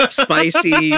spicy